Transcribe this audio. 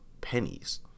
pennies